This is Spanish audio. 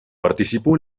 participó